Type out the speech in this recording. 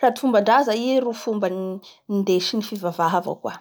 sady fombandraza i ro fomba nindesin'ny fivavavaha avao koa.